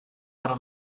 wara